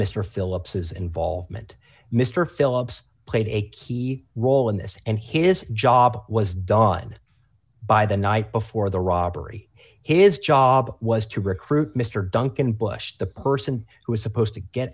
mr phillips his involvement mr phillips played a key role in this and his job was done by the night before the robbery his job was to recruit mr duncan bush the person who was supposed to get